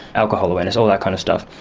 alcohol awareness, all that kind of stuff.